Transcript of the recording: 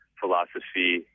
philosophy